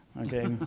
Okay